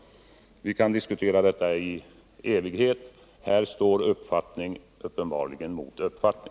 Vi kan diskutera detta i evighet. Här står uppenbarligen uppfattning mot uppfattning.